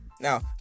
Now